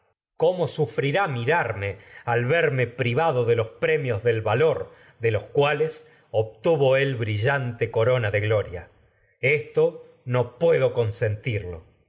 cómo premios de sufrirájnirarme al verme privado de él brillante los del valor de los no cuales obtuvo corona gloria esto y puedo consentirlo